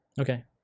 okay